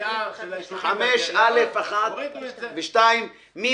תקנות 5(א)(1) ו-(2) עם התיקונים והתוספות,